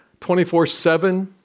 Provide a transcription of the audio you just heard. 24-7